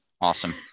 awesome